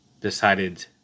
decided